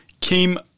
came